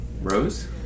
Rose